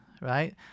right